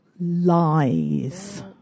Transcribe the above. lies